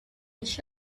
each